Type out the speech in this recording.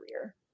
career